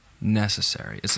necessary